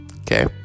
okay